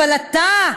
אבל אתה,